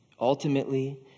ultimately